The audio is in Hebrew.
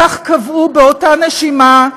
כך קבעו באותה נשימה,